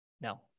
no